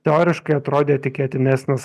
teoriškai atrodė tikėtinesnis